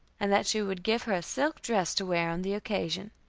and that she would give her a silk dress to wear on the occasion.